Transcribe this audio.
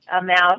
amount